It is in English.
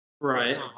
Right